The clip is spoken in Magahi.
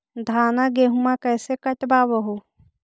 धाना, गेहुमा कैसे कटबा हू?